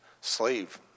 slave